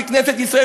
ככנסת ישראל,